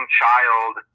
child